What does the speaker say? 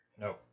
No